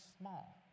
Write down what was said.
small